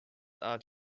out